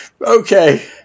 Okay